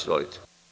Izvolite.